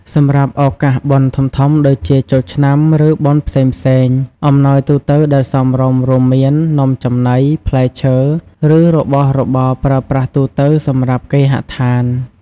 សម្រាប់ឱកាសបុណ្យធំៗដូចជាចូលឆ្នាំ ឬបុណ្យផ្សេងៗ អំណោយទូទៅដែលសមរម្យរួមមាន នំចំណី ផ្លែឈើ ឬ របស់របរប្រើប្រាស់ទូទៅសម្រាប់គេហដ្ឋាន។